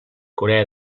corea